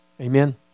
Amen